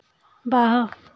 वाह्